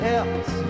else